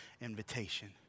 invitation